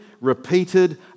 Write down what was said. repeated